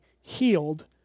healed